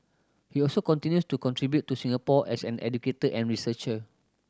he also continues to contribute to Singapore as an educator and researcher